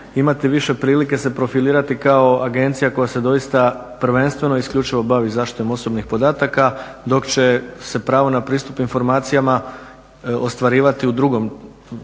imati više prilike se profilirati kao agencija koja se doista prvenstveno, isključivo bavi zaštitom osobnih podataka dok će pravo na pristup informacijama ostvarivati u drugom,